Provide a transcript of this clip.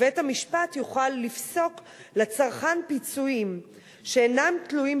ובית-המשפט יוכל לפסוק לצרכן פיצויים שאינם תלויים